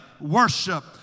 worship